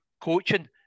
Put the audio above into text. coaching